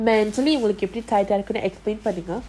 mentally அவளுக்கு:avaluku